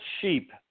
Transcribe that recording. sheep